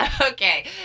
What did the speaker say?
okay